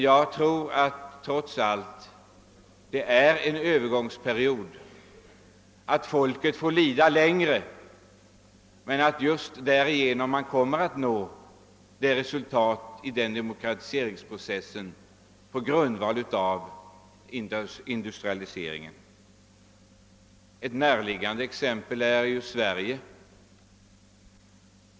Jag tror dock trots allt att det är fråga om en övergångsperiod i detta land, att folket visserligen fått lida länge men att man kommer att nå resultat i en demokratiseringsprocess som följd av industrialiseringen. Ett näraliggande exempel är Sverige.